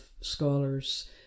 scholars